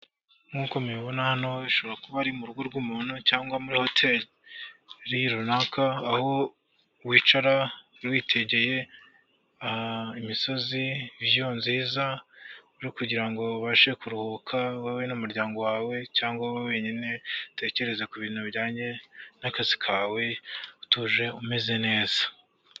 Nkuko mubibona hano bishobora kuba uri mu rugo rw'umuntu cyangwa muri hoteli runaka aho wicara witegeye imisozi viyu nziza kugirango ubashe kuruhuka wowe n'umuryango wawe cyangwa wowe wenyine utekereze ku bintu bijyanye n'akazi kawe utuje umeze neza.